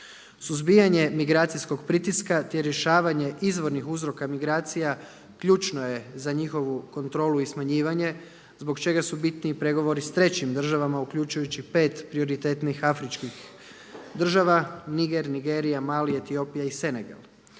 Suzbijanje migracijskog pritiska te rješavanje izvornih uzroka migracija ključno je za njihovu kontrolu i smanjivanje zbog čega su bitni i pregovori sa trećim državama uključujući pet prioritetnih afričkih država: Niger, Nigerija, Mali, Etiopija i Senegal.